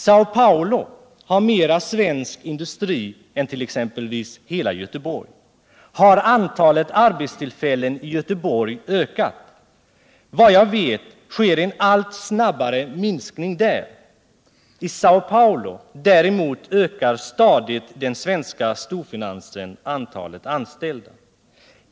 Säo Paulo har mera svensk industri än t.ex. hela Göteborg. Har antalet arbetstillfällen i Göteborg ökat? Vad jag vet sker en allt snabbare minskning där. I Säo Paulo däremot ökar stadigt den svenska storfinansen antalet anställda.